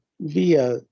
via